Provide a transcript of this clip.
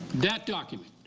that document,